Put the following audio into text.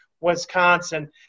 Wisconsin